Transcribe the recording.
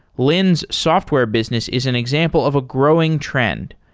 lynne's software business is an example of a growing trend,